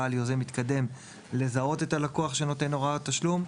על יוזם מתקדם לזהות את הלקוח שנותן הוראת תשלום.